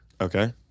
Okay